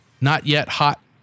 not-yet-hot